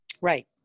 Right